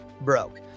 broke